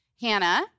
Hannah